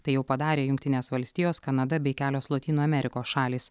tai jau padarė jungtinės valstijos kanada bei kelios lotynų amerikos šalys